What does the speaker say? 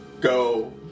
go